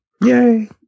Yay